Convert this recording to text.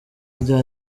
rya